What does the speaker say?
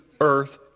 earth